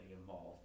involved